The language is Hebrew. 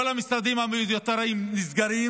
כל המשרדים המיותרים נסגרים,